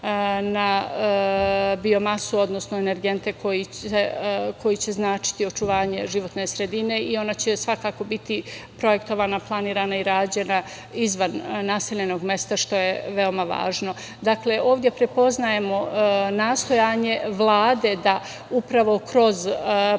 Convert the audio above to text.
na biomasu, odnosno energente koji će značiti očuvanje životne sredine i ona će svakako biti projektovana, planirana i rađena izvan naseljenog mesta što je veoma važno. Dakle, ovde prepoznajemo nastojanje Vlade da upravo kroz princip